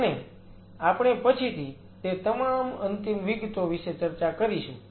અને આપણે પછીથી તે તમામ અંતિમ વિગતો વિશે ચર્ચા કરીશું